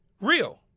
Real